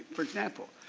for example,